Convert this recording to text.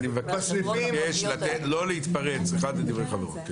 אני מבקש לא להתפרץ אחד לדברי חברו.